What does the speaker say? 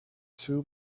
two